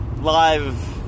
live